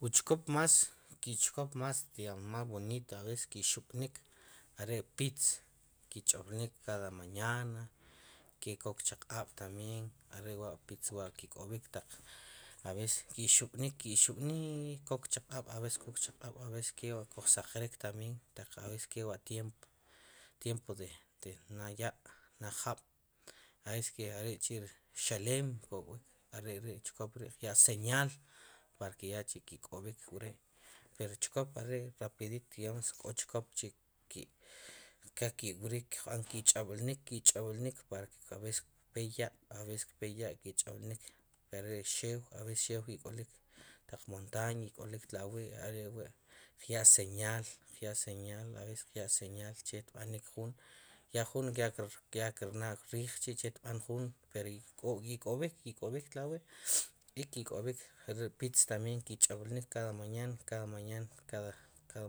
Wu chkop mas, ki' chkop mas bonito a veces ki' xubnik er' pitz, ke' chb'nik cada mañana ke' ko'k chaq'ab' tambien are' wa' pitz ki' k'ob'ik taq a veces ki' xub'nk kub'nik kok chaq'ab' a veces kuj saqrik tabein taq a veces kewa' wu tiempo de nada ya' nada jab', a veces ke are' k'chi' xalem kok'wik arek'ri' ri chokop kirya' señal para que yak'chi' ke k'ob'ik wre' pero chkop are' rapidito digamos k'o chkop k'chi' ki' ke kiwrik kich'ab'lik ki'ch'ab'lnik para ke a veces kpe ya' are' xew ik'olok taq montaña ik'olik tlawi' are' wi' kya' señal a veces kya' señal che wu kb'anik jun, ya jun kya krna' rij che chi' tb'an jun, ikob'k, ikob'k tlawi' y kob'k are ri pitz ki' ch'ab'linik cada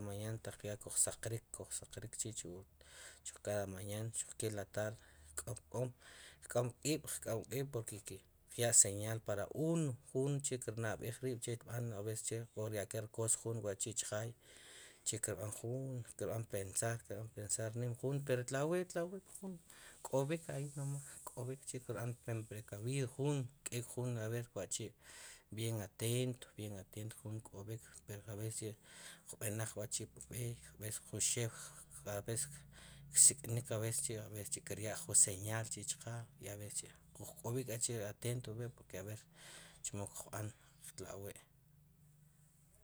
maña ta ya kuj saq rik, kuj saq rik chi' chu cada mañana xueqke en la tarde kk'am kib', porque kya' señal para uno, jun che ker nab'ej rib' che tb'an a veces che keryken rcosa chjaay, che kb'an jun kerb'an pensar nim jun pero tlawi' tlawi', k'ob'i ahi nomas k'ob'ik keb'an precavido kb'ek jun wachi' bien atento jun kk'ob'ik pero a veces chi' uj b'enoq wachi' pub'ey a veces jun xew a veces ksik'nik a veces kirya' kçhi' jun señal cheqe a veces chi' kob'ik achi' atento porque a ver chemo qb'an tlawi'